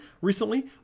recently